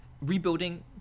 rebuilding